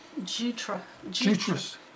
Jutra